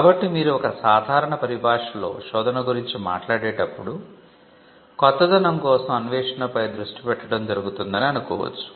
కాబట్టి మీరు ఒక సాధారణ పరిభాషలో శోధన గురించి మాట్లాడేటప్పుడు కొత్తదనం కోసం అన్వేషణపై దృష్టి పెట్టడం జరుగుతుందని అనుకోవచ్చు